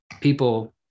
people